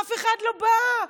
אף אחד לא בא,